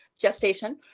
gestation